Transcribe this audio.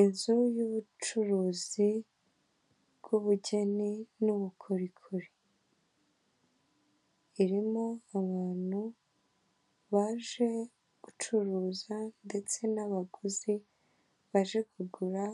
Inzu y'ubucuruzi bw'ubugeni n'ubukorikori irimo abantu baje gucuruza ndetse n'abaguzi baje kugura